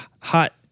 hot